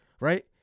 right